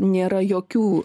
nėra jokių